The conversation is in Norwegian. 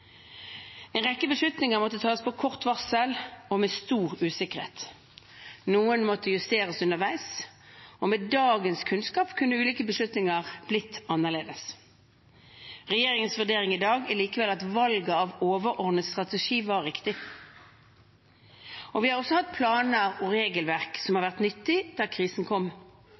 En rekke beslutninger måtte tas på kort varsel og med stor usikkerhet. Noen måtte justeres underveis, og med dagens kunnskap kunne ulike beslutninger blitt annerledes. Regjeringens vurdering i dag er likevel at valget av overordnet strategi var riktig. Vi har også hatt planer og regelverk som var nyttig da krisen kom.